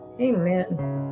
Amen